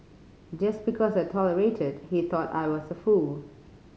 just because I tolerated he thought I was a fool